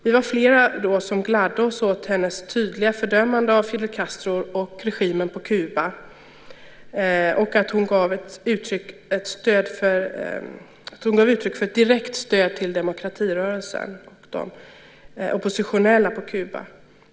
Vi var flera som då gladde oss åt hennes tydliga fördömande av Fidel Castro och regimen på Kuba och åt att hon gav uttryck för ett direkt stöd till demokratirörelsen och de oppositionella på Kuba.